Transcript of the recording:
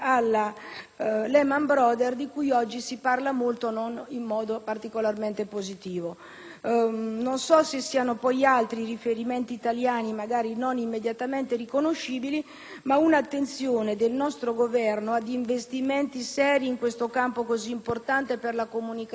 Lehman Brothers di cui oggi si parla molto non in modo particolarmente positivo. Non so se siano poi altri i riferimenti italiani, magari non immediatamente riconoscibili, ma un'attenzione del nostro Governo ad investimenti seri in questo campo così importante per la comunicazione